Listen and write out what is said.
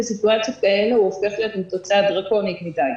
בסיטואציות כאלו הוא הופך להיות עם תוצאה דרקונית מדיי.